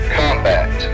combat